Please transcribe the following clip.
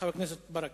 חבר הכנסת מוחמד ברכה.